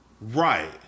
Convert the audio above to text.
Right